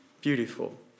beautiful